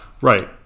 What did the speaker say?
Right